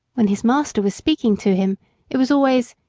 when his master was speaking to him it was always,